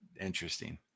interesting